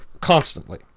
constantly